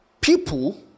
people